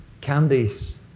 candies